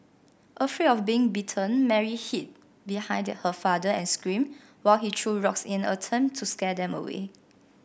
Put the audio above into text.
afraid of being bitten Mary hid behind her father and screamed while he threw rocks in attempt to scare them away